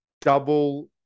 double